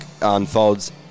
unfolds